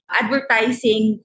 advertising